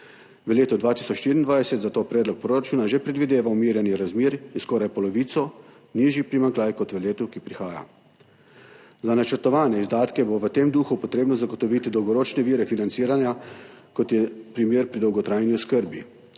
V letu 2024 zato predlog proračuna že predvideva umirjanje razmer in skoraj polovico nižji primanjkljaj kot v letu, ki prihaja. Za načrtovane izdatke bo v tem duhu potrebno zagotoviti dolgoročne vire financiranja, kot je primer pri dolgotrajni oskrbi.